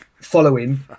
following